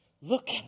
look